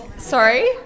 Sorry